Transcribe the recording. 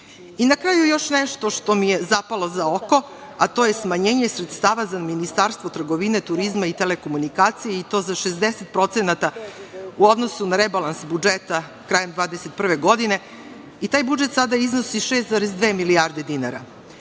kraju još nešto što mi je zapalo za oko, to je smanjenje sredstava za Ministarstvo trgovine, turizma i telekomunikacija, i to za 60% u odnosu na rebalans budžeta krajem 2021. godine. Taj budžet sada iznosi 6,2 milijarde dinara.